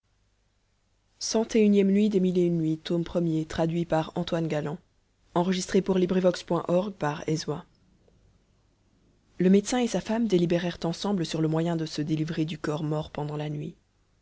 le médecin et sa femme délibérèrent ensemble sur le moyen de se délivrer du corps mort pendant la nuit